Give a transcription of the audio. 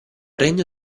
regno